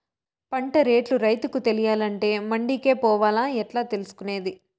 పంట రేట్లు రైతుకు తెలియాలంటే మండి కే పోవాలా? ఎట్లా తెలుసుకొనేది?